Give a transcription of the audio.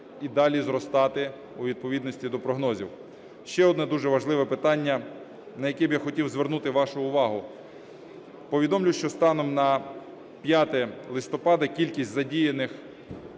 і далі зростати у відповідності до прогнозів. Ще одне дуже важливе питання, на яке я б хотів звернути вашу увагу. Повідомлю, що станом на 5 листопада кількість задіяних